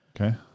Okay